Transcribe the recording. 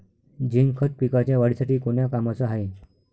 Zinc खत पिकाच्या वाढीसाठी कोन्या कामाचं हाये?